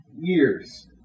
years